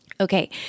Okay